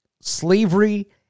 Slavery